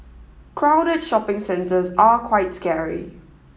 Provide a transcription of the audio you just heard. crowded shopping centres are quite scary